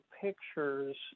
pictures